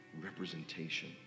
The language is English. representation